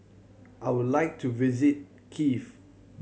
I would like to visit Kiev